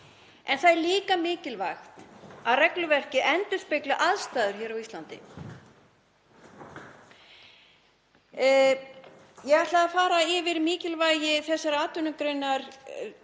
en það er líka mikilvægt að regluverkið endurspegli aðstæður hér á Íslandi. Ég ætlaði að fara yfir mikilvægi þessarar atvinnugreinar